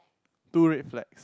two red flags